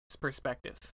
perspective